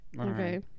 okay